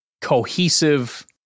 cohesive